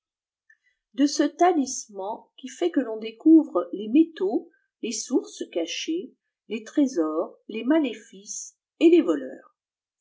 de ce talisman qui fait que ton découvre les métaux les sources cachées les trésors les maléfices et les voleurs